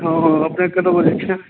हँ अपने कतऽ बजैत छियै